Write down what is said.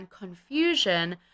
confusion